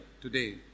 today